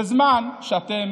בזמן שאתם